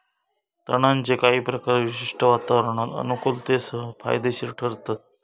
तणांचे काही प्रकार विशिष्ट वातावरणात अनुकुलतेसह फायदेशिर ठरतत